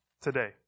today